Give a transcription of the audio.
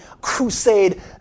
crusade